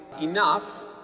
Enough